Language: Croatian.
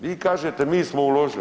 Vi kažete mi smo uložili.